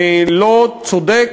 לא צודק,